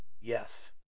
yes